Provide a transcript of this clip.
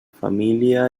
família